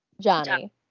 Johnny